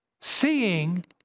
seeing